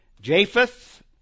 Japheth